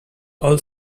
all